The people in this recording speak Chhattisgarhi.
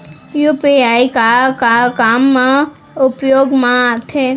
यू.पी.आई का का काम मा उपयोग मा आथे?